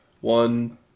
one